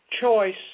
Choice